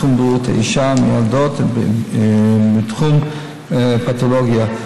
בתחום בריאות האישה ומיילדות ובתחום פתולוגיה.